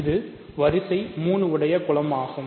இது வரிசை 3 உடைய குலமாகும் ஆகும்